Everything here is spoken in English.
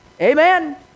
Amen